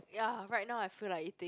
ya right now I feel like eating